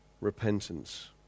repentance